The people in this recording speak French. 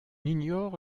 ignore